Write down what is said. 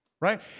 right